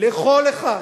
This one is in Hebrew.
לכל אחד,